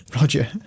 Roger